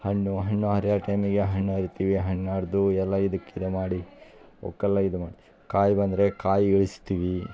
ಹಣ್ಣು ಹಣ್ಣು ಹರಿಯೊ ಟೈಮಿಗೆ ಹಣ್ಣು ಹರಿತೀವಿ ಹಣ್ಣು ಹರ್ದು ಎಲ್ಲ ಇದಕ್ಕೆ ಇದು ಮಾಡಿ ಅವ್ಕೆಲ್ಲಾ ಇದು ಮಾಡಿ ಕಾಯಿ ಬಂದರೆ ಕಾಯಿ ಇಳಿಸ್ತೀವಿ